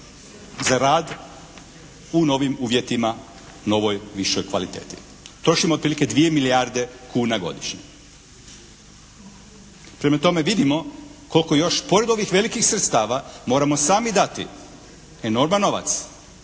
za rad u novim uvjetima, novoj, višoj kvaliteti. Trošimo otprilike 2 milijarde kuna godišnje. Prema tome, vidimo koliko još pored ovih velikih sredstava moramo sami dati enorman novac